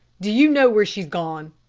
do you know where she's gone?